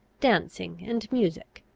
dancing and music.